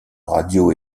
radio